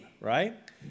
right